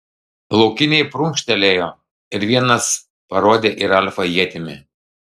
laukiniai prunkštelėjo ir vienas parodė į ralfą ietimi